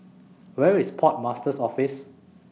Where IS Port Master's Office